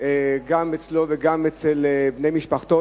גם אצלו וגם אצל בני משפחתו.